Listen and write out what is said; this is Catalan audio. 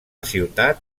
ciutat